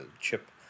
Chip